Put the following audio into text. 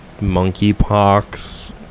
monkeypox